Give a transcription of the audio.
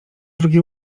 drugi